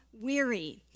weary